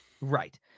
Right